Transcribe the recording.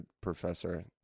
Professor